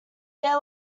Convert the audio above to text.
their